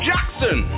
Jackson